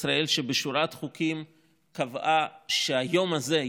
ישראל שבשורת חוקים קבעה שהיום הזה,